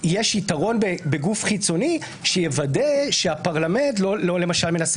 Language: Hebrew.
יש יתרון בגוף חיצוני שיוודא שהפרלמנט לא למשל מנסה